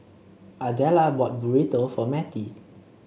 Ardella bought Burrito for Matie